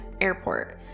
airport